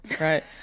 Right